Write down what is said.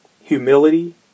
humility